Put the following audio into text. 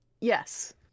Yes